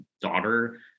daughter